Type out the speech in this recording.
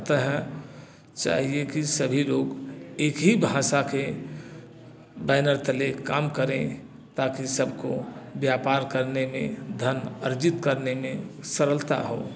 अतः चाहिए कि सभी लोग एक ही भाषा के बैनर तले काम करें ताकि सबको व्यापार करने में धन अर्जित करने में सरलता हो